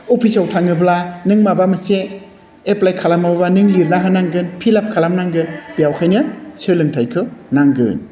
अफिसआव थाङोबा नों माबा मोनसे एप्लाइ खालामोबा नों लिरना होनांगोन फिलआप खालामनांगोन बेखायनो सोलोंथाइखौ नांगोन